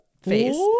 face